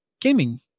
gaming